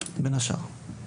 בין השאר.